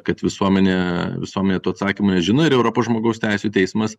kad visuomenė visuomet tų atsakymų nežino ir europos žmogaus teisių teismas